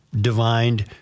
divined